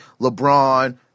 LeBron